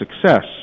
success